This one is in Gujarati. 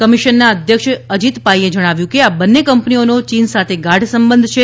કમિશનના અધયક્ષ અજીત પાઇએ જણાવ્યું કે આ બંને કંપનીઓનો ચીન સાથે ગાઢ સંબંધ છે